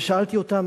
ושאלתי אותם